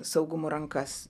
saugumo rankas